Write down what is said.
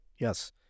yes